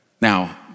Now